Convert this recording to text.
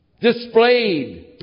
displayed